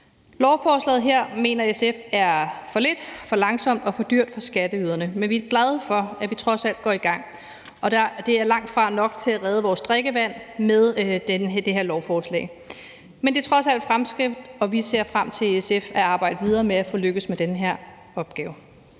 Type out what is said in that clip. Lovforslaget her mener SF er for lidt, for langsomt og for dyrt for skatteyderne, men vi er glade for, at vi trods alt går i gang. Det er langtfra nok til at redde vores drikkevand med det her lovforslag, men det er trods alt et fremskridt, og vi ser i SF frem til at arbejde videre med at lykkes med den her opgave.